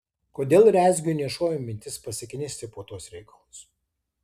kodėl rezgiui nešovė mintis pasiknisti po tuos reikalus